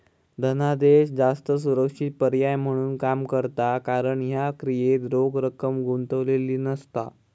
धनादेश जास्त सुरक्षित पर्याय म्हणून काम करता कारण ह्या क्रियेत रोख रक्कम गुंतलेली नसता